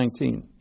19